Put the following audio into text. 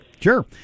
Sure